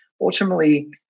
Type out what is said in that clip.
ultimately